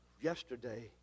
yesterday